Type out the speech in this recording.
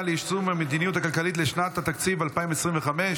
ליישום המדיניות הכלכלית לשנת התקציב 2025),